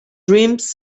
dreams